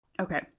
Okay